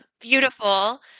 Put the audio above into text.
Beautiful